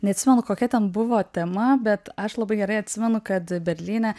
neatsimenu kokia ten buvo tema bet aš labai gerai atsimenu kad berlyne